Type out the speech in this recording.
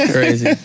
Crazy